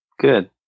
good